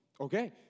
okay